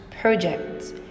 projects